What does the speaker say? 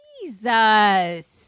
Jesus